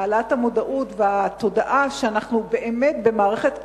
העלאת המודעות והתודעה שאנחנו באמת במערכת קורסת,